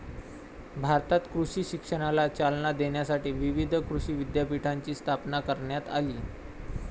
भारतात कृषी शिक्षणाला चालना देण्यासाठी विविध कृषी विद्यापीठांची स्थापना करण्यात आली